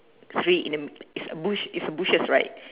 three in a it's a bush it's a bushes right